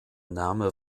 name